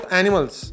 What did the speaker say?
animals